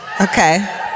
Okay